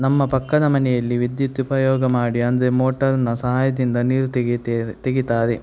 ನಮ್ಮ ಪಕ್ಕದ ಮನೆಯಲ್ಲಿ ವಿದ್ಯುತ್ ಉಪಯೋಗ ಮಾಡಿ ಅಂದರೆ ಮೋಟರ್ನ ಸಹಾಯದಿಂದ ನೀರು ತೆಗೆಯುತ್ತೇವೆ ತೆಗೀತಾರೆ